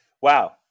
wow